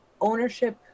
ownership